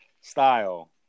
style